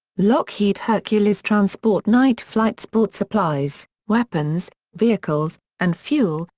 lockheed hercules transport night flights brought supplies, weapons, vehicles, and fuel,